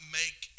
make